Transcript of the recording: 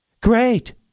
Great